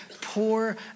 poor